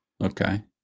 Okay